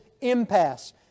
impasse